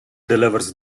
delivers